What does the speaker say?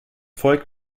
volk